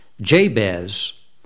Jabez